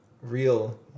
real